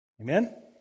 Amen